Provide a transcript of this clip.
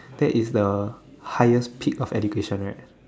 that is the highest peak of education right